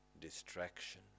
distraction